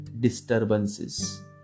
disturbances